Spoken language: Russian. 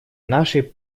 нашей